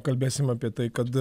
kalbėsim apie tai kad